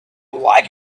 like